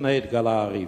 לפני שיתגלע ריב.